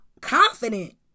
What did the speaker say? confident